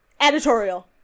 editorial